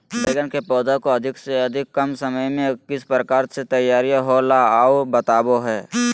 बैगन के पौधा को अधिक से अधिक कम समय में किस प्रकार से तैयारियां होला औ बताबो है?